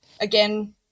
Again